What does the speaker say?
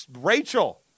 Rachel